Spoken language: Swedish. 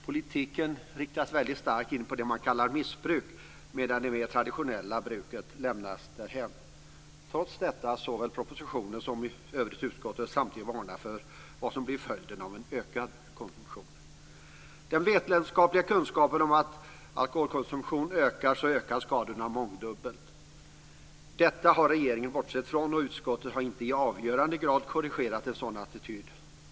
Politiken riktas väldigt starkt in på det man kallar missbruk, medan det mer traditionella bruket lämnas därhän, trots att såväl regeringen i propositionen som i övrigt utskottet samtidigt varnar för vad som blir följden av en ökad konsumtion. Den vetenskapliga kunskapen är att om alkoholkonsumtionen ökar så ökar skadorna mångdubbelt. Detta har regeringen bortsett från, och utskottet har inte i avgörande grad korrigerat en sådan attityd.